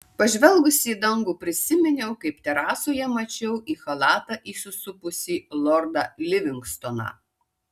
pažvelgusi į dangų prisiminiau kaip terasoje mačiau į chalatą įsisupusį lordą livingstoną